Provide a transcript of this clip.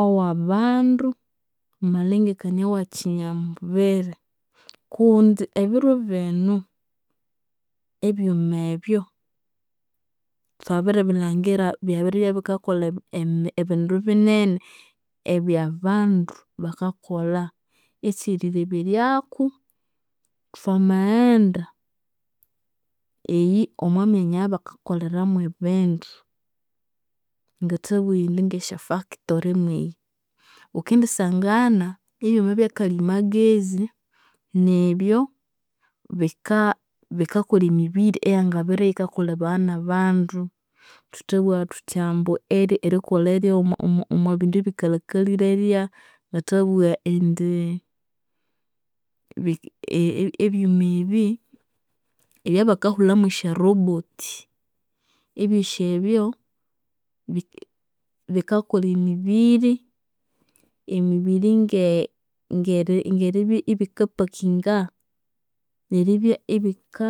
awabandu, amalengekania awekyinyamubiri kundi ebiro bino ebyuma ebyu, thwabiribilhangira byabiribya bikakolha ebindu binene ebyabandu bakakolha. Ekyerileberyaku, thwamaghenda eyi omwamyanya eyabakakoleramu ebindu. Ngathabugha indi ngomwasya factory mweyi, ghukendisangana ebyuma ebyakalimagezi nibyo bika bikakolha emibiri eyangabere iyikakolebawa nabandu. Thuthabugha thuthi ambu erikolha erya omu- omwabindu ebikalhakalire erya, ngathabugha indi, e- ebyuma ebi ebyabakahulhamu esya robot, ebyosi ebyu bi- bikakolha emibiri, emibiri nge- nge- eyeribya ibika pakinga neribya ibika